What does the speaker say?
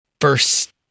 first